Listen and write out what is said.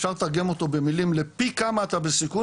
אפשר לתרגם אותו במילים לפי כמה אתה בסיכון